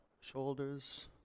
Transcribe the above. shoulders